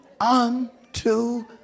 Unto